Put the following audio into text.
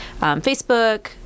Facebook